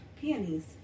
Peonies